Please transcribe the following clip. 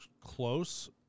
close